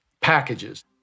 packages